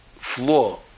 flaw